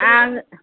आं